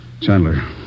Chandler